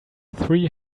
three